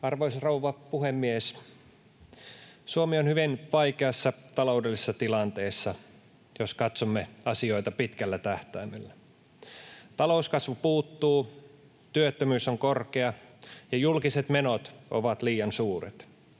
Arvoisa rouva puhemies! Suomi on hyvin vaikeassa taloudellisessa tilanteessa, jos katsomme asioita pitkällä tähtäimellä. Talouskasvu puuttuu, työttömyys on korkea, ja julkiset menot ovat liian suuret.